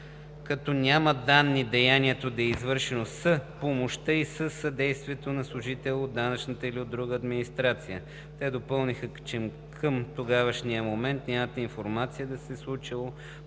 като няма данни деянието да е извършено с помощта или със съдействието на служител от данъчната или друга администрация. Те допълниха, че към тогавашния момент нямат информация да се е случило